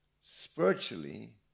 spiritually